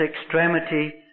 extremity